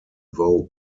vogue